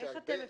איך אתם מפקחים?